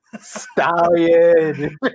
Stallion